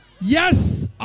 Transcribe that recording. Yes